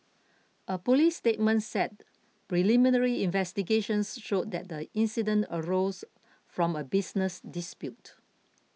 a police statement said preliminary investigations showed that the incident arose from a business dispute